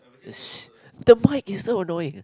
is the mike is so annoying